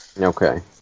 Okay